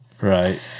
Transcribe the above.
right